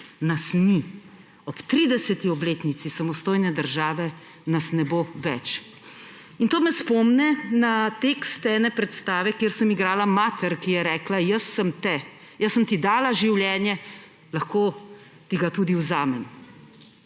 nas ni. Ob 30. obletnici samostojne države nas ne bo več. To me spomni na tekst ene predstave, kjer sem igrala mater, ki je rekla: »Jaz sem te, jaz sem ti dala življenje, lahko ti ga tudi vzamem.«